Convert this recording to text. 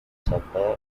supplier